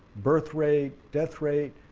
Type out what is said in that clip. birthrate, death rate,